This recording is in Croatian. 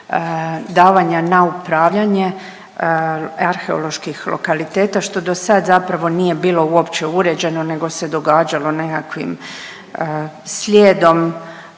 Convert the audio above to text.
davanja na upravljanje arheoloških lokaliteta što dosada zapravo nije bilo uopće uređeno nego se događalo nekakvim slijedom